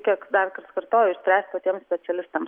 kiek darkart kartoju išspręst patiem specialistam